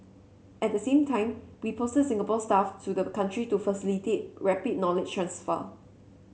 at the same time we posted Singapore staff to the country to facilitate rapid knowledge transfer